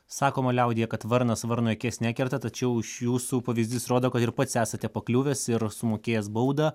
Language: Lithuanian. sakoma liaudyje kad varnas varnui akies nekerta tačiau iš jūsų pavyzdys rodo kad ir pats esate pakliuvęs ir sumokėjęs baudą